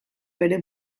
bere